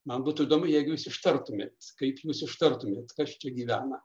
man būtų įdomu jeigu jūs ištartumėt kaip jūs ištartumėt kas čia gyvena